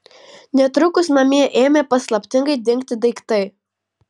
netrukus namie ėmė paslaptingai dingti daiktai